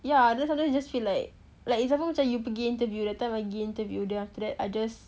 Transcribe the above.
ya then sometimes you just feel like like example macam you pergi interview that time I gi interview then after that I just